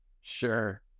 Sure